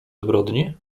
zbrodni